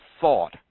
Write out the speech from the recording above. thought